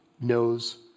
knows